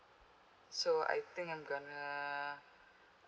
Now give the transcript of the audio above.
so I think I'm gonna